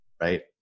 right